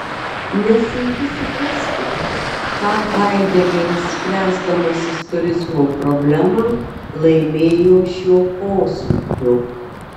nesunku suprasti ką haidegeris spręsdamas istorizmo problemą laimėjo šiuo posūkiu